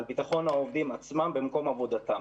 ועל ביטחון העובדים עצמם במקום עבודתם.